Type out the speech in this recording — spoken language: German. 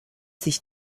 sich